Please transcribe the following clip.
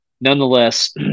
nonetheless